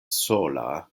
sola